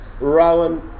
Rowan